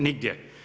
Nigdje.